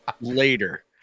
later